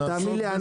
תאמין לי,